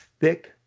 thick